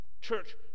Church